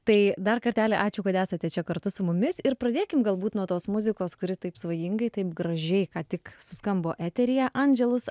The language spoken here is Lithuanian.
tai dar kartelį ačiū kad esate čia kartu su mumis ir pradėkim galbūt nuo tos muzikos kuri taip svajingai taip gražiai ką tik suskambo eteryje andželus